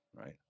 right